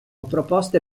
proposte